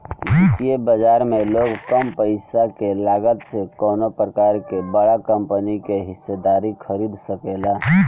वित्तीय बाजार में लोग कम पईसा के लागत से कवनो प्रकार के बड़ा कंपनी के हिस्सेदारी खरीद सकेला